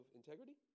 integrity